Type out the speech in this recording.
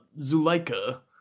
Zuleika